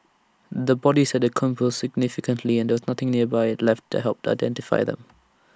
the bodies had decomposed significantly and there was nothing nearby left that helped identify them